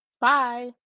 Bye